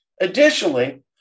Additionally